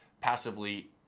passively